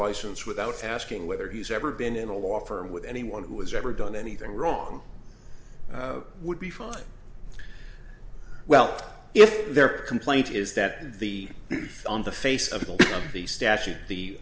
license without asking whether he's ever been in a law firm with anyone who has ever done anything wrong would be fired well if their complaint is that the on the face of the statute the